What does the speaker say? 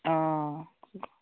অ